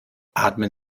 atmen